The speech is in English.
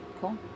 cool